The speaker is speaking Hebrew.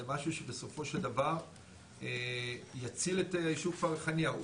זה משהו שבסופו של דבר יציל את הישוב ריחאניה.